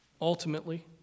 ultimately